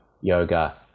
yoga